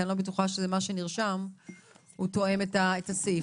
כי אני לא בטוחה שמה שנרשם תואם את הסעיף.